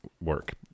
work